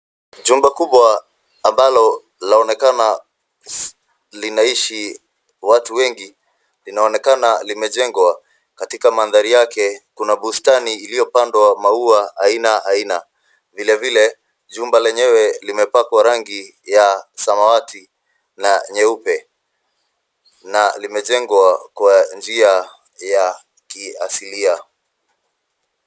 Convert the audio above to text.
Jumba kubwa ambalo laonekana linaishi watu wengi linaonekana limejengwa. Katika mandhari yake kuna bustani iliyopandwa maua aina aina vile vile jumba lenyewe limepakwa rangi ya samawati na nyeupe na limejengwa kwa njia ya kiasilia.